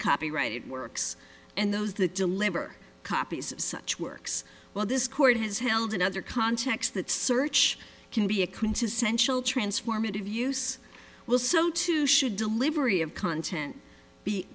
copyrighted works and those that deliver copies of such works well this court has held in other contexts that search can be a quintessential transformative use well so too should delivery of content be